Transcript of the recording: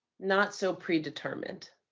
not so predetermined,